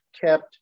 kept